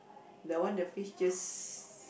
the one the fish just